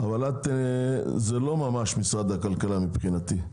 אבל את זה לא ממש משרד הכלכלה מבחינתי.